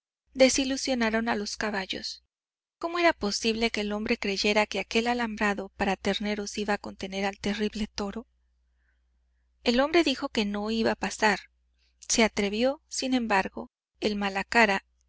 desilusionaron a los caballos cómo era posible que el hombre creyera que aquel alambrado para terneros iba a contener al terrible toro el hombre dijo que no iba a pasar se atrevió sin embargo el